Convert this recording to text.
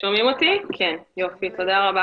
תודה רבה